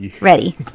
Ready